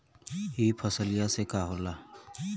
ई फसलिया से का होला?